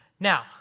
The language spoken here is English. Now